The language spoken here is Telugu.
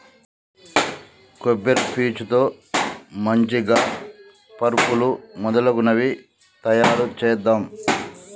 కొబ్బరి పీచు తో మంచిగ పరుపులు మొదలగునవి తాయారు చేద్దాం